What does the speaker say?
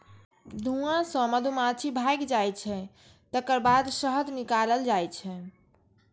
धुआं सं मधुमाछी भागि जाइ छै, तकर बाद शहद निकालल जाइ छै